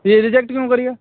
यह रिजेक्ट क्यों करी है